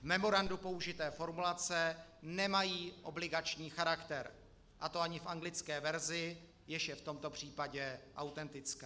V memorandu použité formulace nemají obligační charakter, a to ani v anglické verzi, jež je v tomto případě autentická.